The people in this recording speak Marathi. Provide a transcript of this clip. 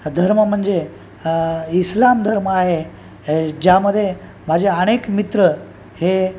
धर्म म्हणजे इस्लाम धर्म आहे ज्यामध्ये माझे अनेक मित्र हे